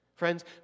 Friends